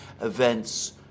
events